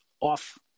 off